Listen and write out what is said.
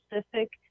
specific